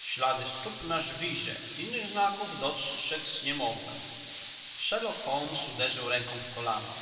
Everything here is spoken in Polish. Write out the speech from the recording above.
ślady stóp na żwirze innych znaków dostrzedz nie mogłem sherlock holmes uderzył ręką w kolano